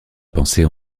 pensée